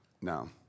No